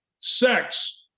sex